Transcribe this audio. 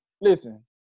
Listen